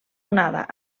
onada